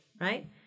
right